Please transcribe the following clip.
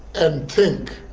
and think